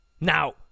Now